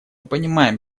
понимаем